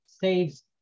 saves